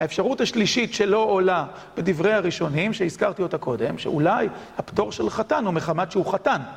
האפשרות השלישית שלא עולה בדברי הראשונים, שהזכרתי אותה קודם, שאולי הפטור של חתן הוא מחמת שהוא חתן.